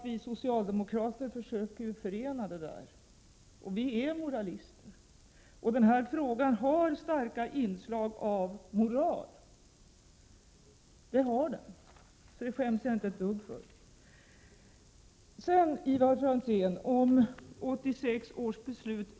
Vi socialdemokrater försöker förena dessa saker. Vi är moralister. Denna fråga har starka inslag av moral, och det skäms jag inte ett dugg för. Ivar Franzén talade om 1986 års beslut.